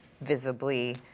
visibly